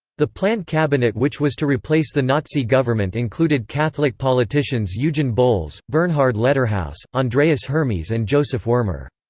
the planned cabinet which was to replace the nazi government included catholic politicians eugen bolz, bernhard letterhaus, andreas hermes and josef wirmer.